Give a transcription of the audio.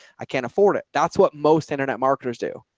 i can't afford it. that's what most internet marketers do.